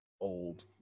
old